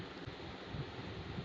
का debit credit एके हरय?